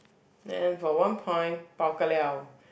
then for one point bao ka liao